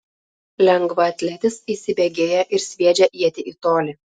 lengvaatletis įsibėgėja ir sviedžia ietį į tolį